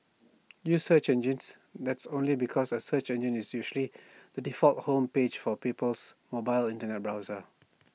use search engines that's only because A search engine is usually the default home page for people's mobile Internet browser